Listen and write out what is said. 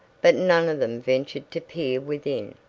but none of them ventured to peer within.